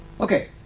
okay